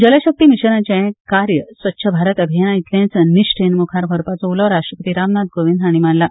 जलशक्ती मिशनाचे कार्य स्वच्छ भारत अभिनाया इतलेच निश्ठेन मुखार व्हरपाचो उलो राश्ट्रपती रामनाथ कोविंद हाणी मारला